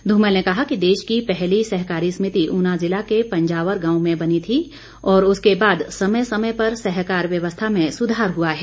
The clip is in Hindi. ध्रमल ने कहा कि देश की पहली सहकारी समिति ऊना जिला के पंजावर गांव में बनी थी और उसके बाद समय समय पर सहकार व्यवस्था में सुधार हुआ है